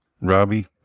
Robbie